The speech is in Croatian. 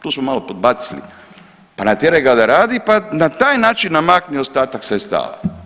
Tu smo malo podbacili, pa natjeraj ga da radi, pa na taj način namakni ostatak sredstava.